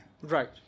Right